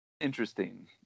interesting